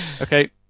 Okay